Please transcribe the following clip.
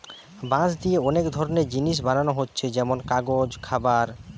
বাঁশ দিয়ে অনেক ধরনের জিনিস বানানা হচ্ছে যেমন কাগজ, খাবার